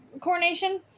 coronation